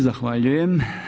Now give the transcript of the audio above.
Zahvaljujem.